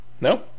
No